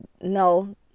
no